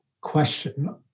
question